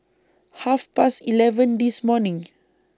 Half Past eleven This morning